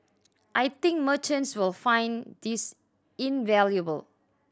I think merchants will find this invaluable